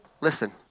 listen